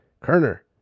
Kerner